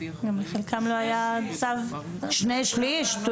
שני שליש.